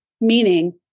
meaning